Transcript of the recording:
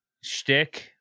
Shtick